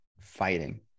fighting